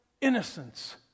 innocence